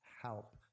help